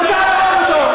מותר להרוג אותו.